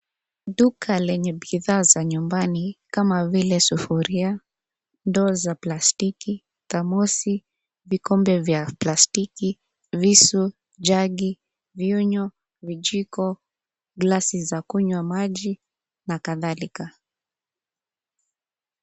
Duka lenye bidhaa za nyumbani kama vile: sufuria, ndoo za plastiki, thamosi, vikombe vya plastiki, visu, jagi, viunyo, vijiko, glasi za kunywa maji na kadhalika.